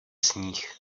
sníh